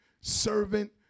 servant